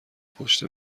پشت